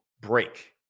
break